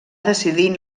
decidir